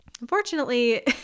Unfortunately